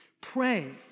Pray